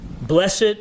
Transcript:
Blessed